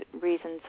reasons